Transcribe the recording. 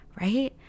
right